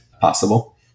possible